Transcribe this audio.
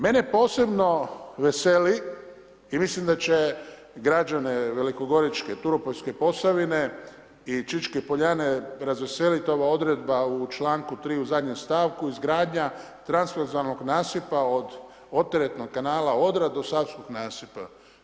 Mene posebno veseli i mislim da će građane velikogoričke, turopoljske Posavine i Čičke Poljane razveseliti ova odredba u čl. 3. u zadnjem stavku izgradnja … nasipa od oteretnog kanala Odra do savskog nasipa.